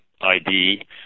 ID